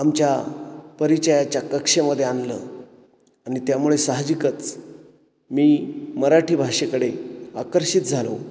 आमच्या परिचयाच्या कक्षेमध्ये आणलं आणि त्यामुळे साहजिकच मी मराठी भाषेकडे आकर्षित झालो